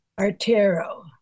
Artero